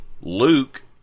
Luke